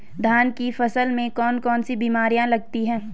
धान की फसल में कौन कौन सी बीमारियां लगती हैं?